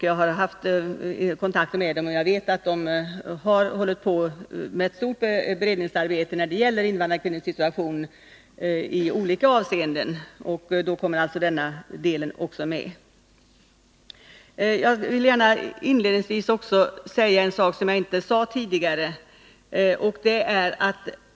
Jag har haft kontakter med dem, och jag vet att de har hållit på med ett stort beredningsarbete när det gäller invandrarkvinnors situation i olika avseenden. Då kommer alltså denna del också med. Jag vill gärna inledningsvis också säga en sak som jag inte nämnde tidigare.